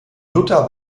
luther